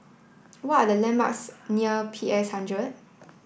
what are the landmarks near P S hundred